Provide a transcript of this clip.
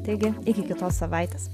taigi iki kitos savaitės